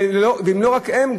ולא רק הם,